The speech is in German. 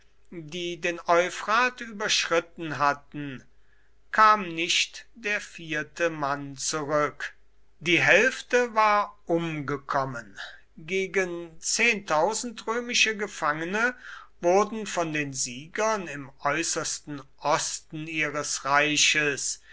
die den euphrat überschritten hatten kam nicht der vierte mann zurück die hälfte war umgekommen gegen römische gefangene wurden von den siegern im äußersten osten ihres reiches